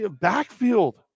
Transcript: backfield